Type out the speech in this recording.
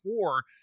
four